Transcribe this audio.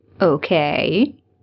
Okay